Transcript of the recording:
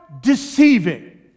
deceiving